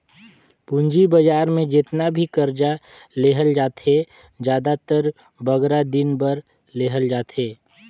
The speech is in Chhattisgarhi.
पूंजी बजार में जेतना भी करजा लेहल जाथे, जादातर बगरा दिन बर लेहल जाथे